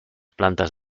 plantas